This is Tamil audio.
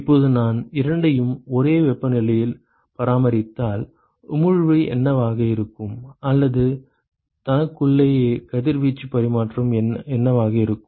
இப்போது நான் இரண்டையும் ஒரே வெப்பநிலையில் பராமரித்தால் உமிழ்வு என்னவாக இருக்கும் அல்லது தனக்குள்ளேயே கதிர்வீச்சு பரிமாற்றம் என்னவாக இருக்கும்